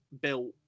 built